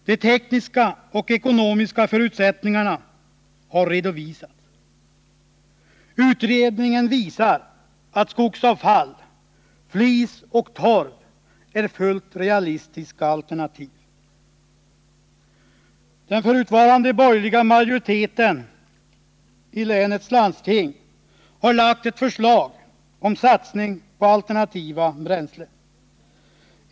De tekniska och ekonomiska förutsättningarna har redovisats. Utredningen visar att skogsavfall, flis och torv är fullt realistiska alternativ. Den förutvarande borgerliga majoriteten i länets landsting har lagt fram ett förslag om satsning på alternativa bränslen.